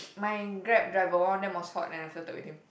my Grab driver one of them was hot and I photo with him